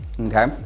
okay